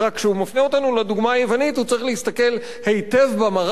כשהוא מפנה אותנו לדוגמה היוונית הוא צריך להסתכל היטב במראה,